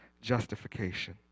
justification